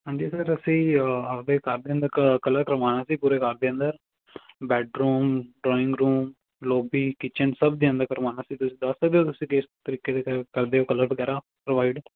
ਹਾਂਜੀ ਸਰ ਅਸੀਂ ਆਪਦੇ ਘਰ ਦੇ ਅੰਦਰ ਕ ਕਲਰ ਕਰਵਾਉਣਾ ਸੀ ਪੂਰੇ ਘਰ ਦੇ ਅੰਦਰ bedroom drawing room lobby kitchen ਸਭ ਦੇ ਅੰਦਰ ਕਰਵਾਉਣਾ ਸੀ ਤੁਸੀਂ ਦੱਸ ਸਕਦੇ ਹੋ ਤੁਸੀਂ ਕਿਸ ਤਰੀਕੇ ਦੇ ਕਰਦੇ ਹੋ ਕਲਰ ਵਗੈਰਾ ਪ੍ਰੋਵਾਈਡ